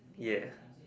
ya